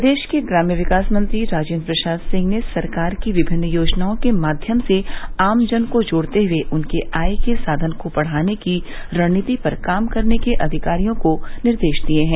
प्रदेश के ग्राम्य विकास मंत्री राजेन्द्र प्रसाद सिंह ने सरकार की विभिन्न योजनाओं के माध्यम से आम जन को जोड़ते हुए उनके आय के साधन को बढ़ाने की रणनीति पर काम करने के अधिकारियों को निर्देश दिये हैं